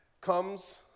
comes